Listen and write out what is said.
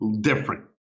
different